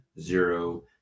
zero